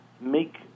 make